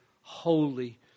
holy